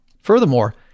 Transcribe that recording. Furthermore